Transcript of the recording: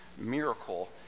miracle